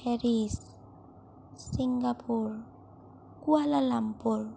Paris Singapore Kuala Lumpur